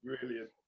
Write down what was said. Brilliant